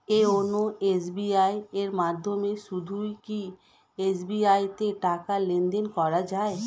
YONO SBI এর মাধ্যমে শুধুই কি এস.বি.আই তে টাকা লেনদেন করা যায়?